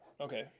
Okay